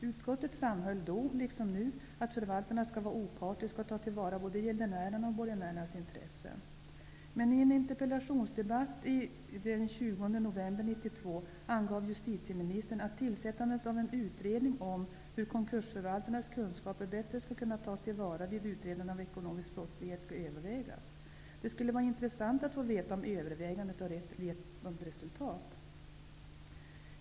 Utskottet framhöll då, liksom nu, att förvaltarna skall vara opartiska och ta till vara både gäldenärens och borgenärernas intressen. I en interpellationsdebatt den 20 november 1992 angav dock justitieministern att tillsättandet av en utredning skulle övervägas om hur konkursförvaltarnas kunskaper bättre skall kunna tas till vara vid utredandet av ekonomisk brottslighet. Det skulle vara intressant att få veta om övervägandet har lett till något resultat.